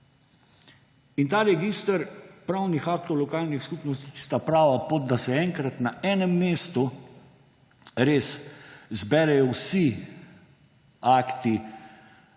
zboru. Register pravnih aktov lokalnih skupnosti je tista prava pot, da se enkrat na enem mestu res zberejo vsi akti